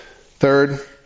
third